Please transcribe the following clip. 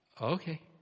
okay